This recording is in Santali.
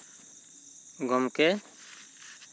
ᱜᱚᱢᱠᱮ